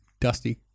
dusty